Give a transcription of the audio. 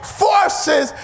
forces